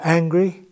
angry